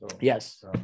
Yes